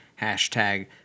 Hashtag